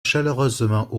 chaleureusement